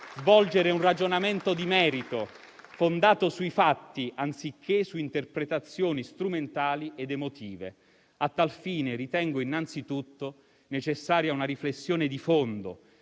svolgere un ragionamento di merito, fondato sui fatti, anziché su interpretazioni strumentali ed emotive. A tal fine, ritengo innanzitutto necessaria una riflessione di fondo,